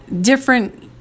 different